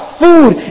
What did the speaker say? food